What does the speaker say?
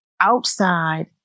outside